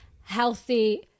healthy